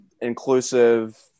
inclusive